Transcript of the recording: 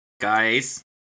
Guys